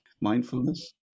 mindfulness